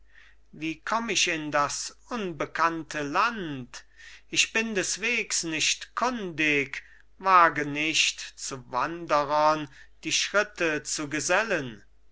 wie komm ich in das unbekannte land ich bin des wegs nicht kundig wage nicht zu wanderern die schritte zu gesellen